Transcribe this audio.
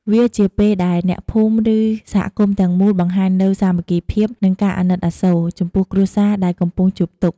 វាជាពេលដែលអ្នកភូមិឬសហគមន៍ទាំងមូល បង្ហាញនូវសាមគ្គីភាព និងការអាណិតអាសូរ ចំពោះគ្រួសារដែលកំពុងជួបទុក្ខ។